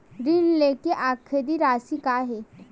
ऋण लेके आखिरी राशि का हे?